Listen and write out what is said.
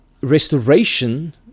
restoration